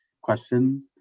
questions